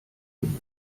genug